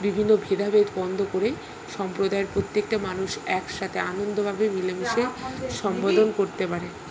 বিভিন্ন ভেদাভেদ বন্ধ করে সম্প্রদায়ের প্রত্যেকটা মানুষ একসাথে আনন্দভাবে মিলেমিশে সম্বোধন করতে পারে